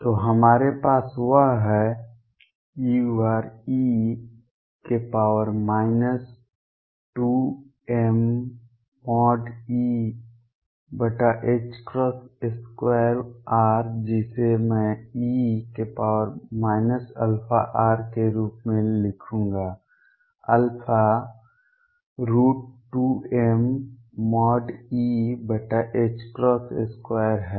तो हमारे पास वह है ure 2mE2r जिसे मैं e αr के रूप में लिखूंगा α 2mE2 है